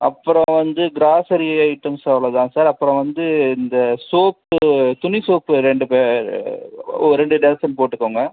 அப்புறம் வந்து grocery items அவ்வளோ தான் சார் அப்புறம் வந்து இந்த சோப்பு துணி சோப்பு ரெண்டு ப ஒரு ரெண்டு டசன் போட்டுக்கோங்க